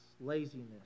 laziness